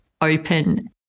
open